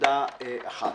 נקודה אחת.